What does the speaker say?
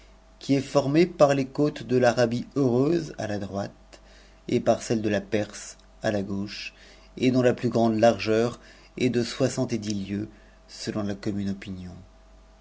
qui est formé par les côtes de larabie heureuse à la droite et celles de perse à la gauche et dont la plus grande largeur est de soixante et dix lieues selon la